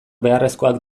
beharrezkoak